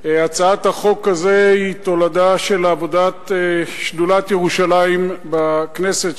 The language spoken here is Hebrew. הצעת החוק הזאת היא תולדה של עבודת שדולת ירושלים בכנסת,